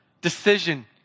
decision